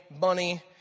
money